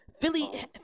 Philly